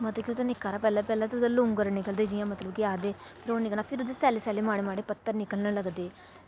मतलब कि ओह्दा निक्का हारा पैह्लें पैह्लें ते ओह्दे लुंग्गर निकलदे जि'यां मतलब कि आखदे फ्हिर ओह् निकलना फ्हिर ओह्दे सैल्ले सैल्ले माड़े माड़े पत्तर निकलन लगदे